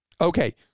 Okay